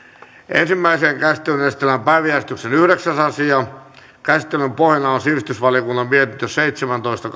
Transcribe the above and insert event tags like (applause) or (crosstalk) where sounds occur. ensimmäiseen käsittelyyn esitellään päiväjärjestyksen yhdeksäs asia käsittelyn pohjana on sivistysvaliokunnan mietintö seitsemäntoista (unintelligible)